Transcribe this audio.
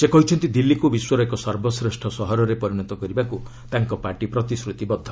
ସେ କହିଛନ୍ତି ଦିଲ୍ଲୀକୁ ବିଶ୍ୱର ଏକ ସର୍ବଶ୍ରେଷ୍ଠ ସହରରେ ପରିଣତ କରିବାକୁ ତାଙ୍କ ପାର୍ଟି ପ୍ରତିଶ୍ରତିବଦ୍ଧ